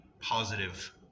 positive